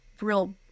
real